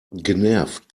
genervt